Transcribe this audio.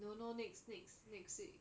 no no next next next week